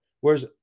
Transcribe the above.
whereas